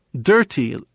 dirty